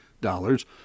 dollars